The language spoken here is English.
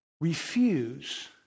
refuse